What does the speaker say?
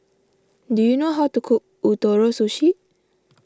do you know how to cook Ootoro Sushi